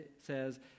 says